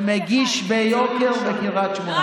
ומגיש ביוקר בקריית שמונה.